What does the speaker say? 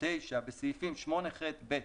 בסעיפים 8ח(ב),